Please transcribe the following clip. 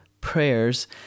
prayers